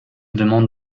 demande